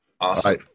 Awesome